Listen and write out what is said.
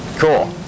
Cool